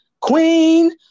queen